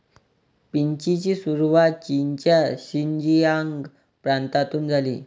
पीचची सुरुवात चीनच्या शिनजियांग प्रांतातून झाली